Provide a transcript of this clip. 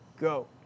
Go